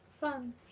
Fun